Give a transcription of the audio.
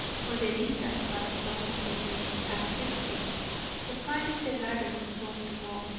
for the distance was long for men past sixty but finding the latter resolved to walk,